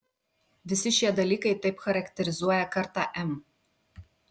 visi šie dalykai taip charakterizuoja kartą m